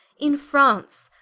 in france,